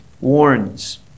warns